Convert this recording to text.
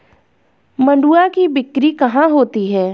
मंडुआ की बिक्री कहाँ होती है?